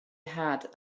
had